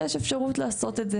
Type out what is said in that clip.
אז יש אפשרות לעשות את זה.